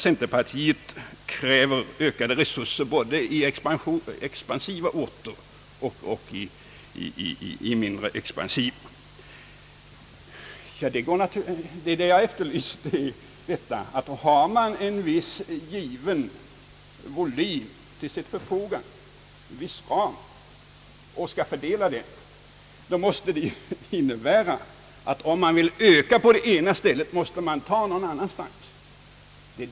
Centern kräver alltså ökade resurser både i expansiva orter och även i mindre expansiva. Vad jag ville framhålla är att man om man har en viss given volym till sitt förfogande, som skall fördelas, och då vill öka resurserna på det ena hållet måste man minska dem någon annanstans.